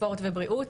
ספורט ובריאות,